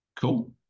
cool